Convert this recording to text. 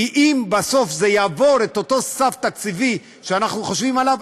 כי אם בסוף זה יעבור את אותו סף תקציבי שאנחנו חושבים עליו,